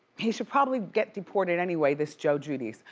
he should probably get deported anyway, this joe giudice.